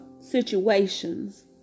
situations